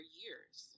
years